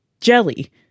jelly